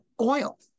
oil